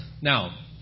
Now